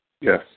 Yes